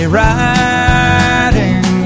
riding